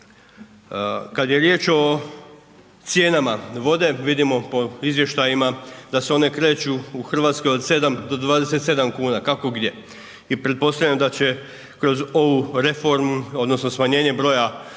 Kad je riječ o cijenama vode vidimo po izvještajima da se one kreću u Hrvatskoj od 7 do 27 kuna, kako gdje. I pretpostavljam da će kroz ovu reformu odnosno smanjenje broja